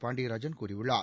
பாண்டியராஜன் கூறியுள்ளார்